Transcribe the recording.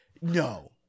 No